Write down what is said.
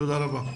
תודה רבה.